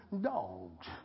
dogs